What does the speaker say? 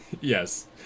Yes